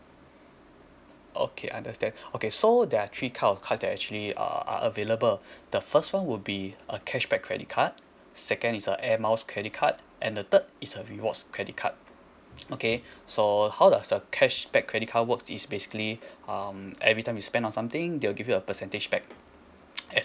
okay understand okay so there are three cards that actually are available the first [one] would be a cashback credit card second is a air miles credit card and the third is a rewards credit card okay so how does the cashback credit card works is basically um every time you spend on something they'll give you a percentage back